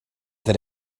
that